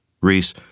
Reese